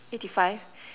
eighty five